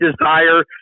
desire